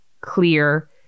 clear